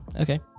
okay